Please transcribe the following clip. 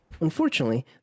unfortunately